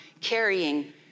carrying